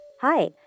Hi